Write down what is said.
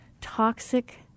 toxic